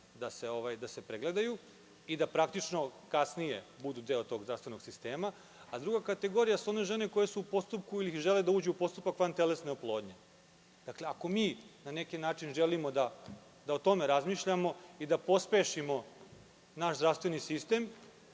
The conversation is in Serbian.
da se pregledaju i da praktično posle budu deo tog zdravstvenog sistema? Druga kategorija su one žene koje su u postupku ili žele da uđu u postupak vantelesne oplodnje. Ako mi želimo o tome da razmišljamo i da pospešimo naš zdravstveni sistem,